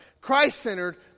Christ-centered